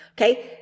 Okay